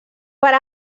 per